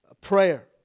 prayer